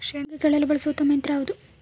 ಶೇಂಗಾ ಕೇಳಲು ಬಳಸುವ ಉತ್ತಮ ಯಂತ್ರ ಯಾವುದು?